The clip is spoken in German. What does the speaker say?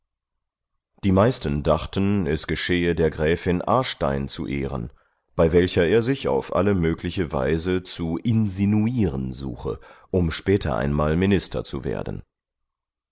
die meisten dachten es geschehe der gräfin aarstein zu ehren bei welcher er sich auf alle mögliche weise zu insinuieren suche um später einmal minister zu werden